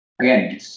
again